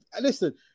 Listen